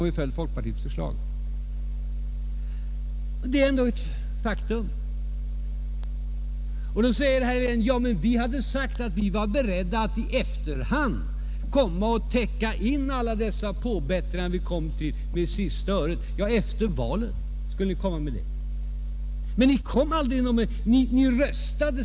Detta är ett faktum, och då säger herr Helén: Men vi hade förklarat att vi var beredda att i efterhand täcka in alla dessa påbättringar till sista öret. Ja, efter valet skulle ni göra det — men ni kom aldrig.